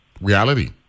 reality